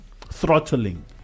throttling